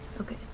Okay